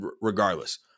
regardless